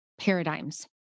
paradigms